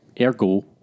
Ergo